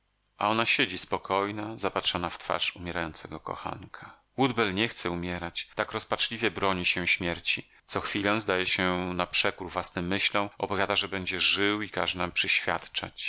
a ona siedzi spokojna zapatrzona w twarz umierającego kochanka woodbell nie chce umierać tak rozpaczliwie broni się śmierci co chwilę zdaje się na przekór własnym myślom opowiada że będzie żył i